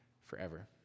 forever